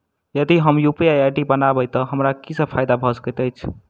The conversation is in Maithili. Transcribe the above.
यदि हम यु.पी.आई आई.डी बनाबै तऽ हमरा की सब फायदा भऽ सकैत अछि?